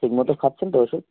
ঠিকমতো খাচ্ছেন তো ওষুধ